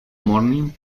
morning